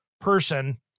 person